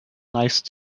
nice